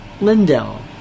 Lindell